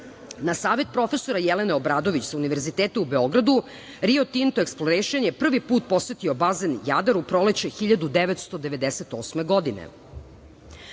savet profesora Jelene Obradović sa univerziteta u Beogradu, "Rio Tinto eksplorešen" je prvi put posetio basen Jadar u proleće 1998. godine.